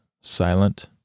silent